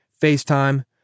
FaceTime